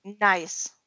nice